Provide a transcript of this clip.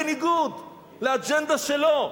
בניגוד לאג'נדה שלו,